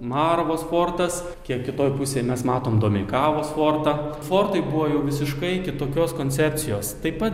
marvos fortas kiek kitoj pusėj mes matom domeikavos fortą fortai buvo jau visiškai kitokios koncepcijos taip pat